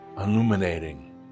illuminating